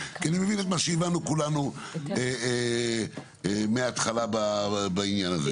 כי אני מבין את מה שהבנו כולנו מההתחלה בעניין הזה.